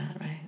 right